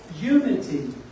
unity